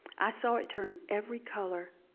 i saw it turn every color.